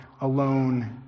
alone